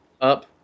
up